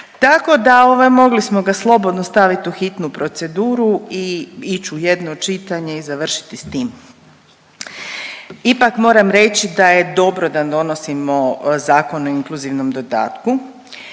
da ovaj mogli smo ga slobodno stavit u hitnu proceduru i ić u jedno čitanje i završiti s tim. Ipak moram reći da je dobro da donosimo Zakon o inkluzivnom dodatku